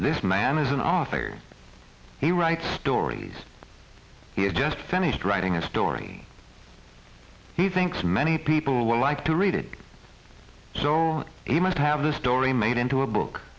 this man is an author he writes stories he has just finished writing a story he thinks many people like to read it so he must have the story made into a book